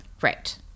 Right